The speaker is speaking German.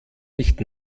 nicht